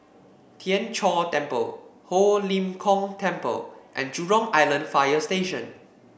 Tien Chor Temple Ho Lim Kong Temple and Jurong Island Fire Station